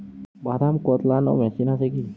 বাদাম কদলানো মেশিন আছেকি?